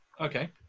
okay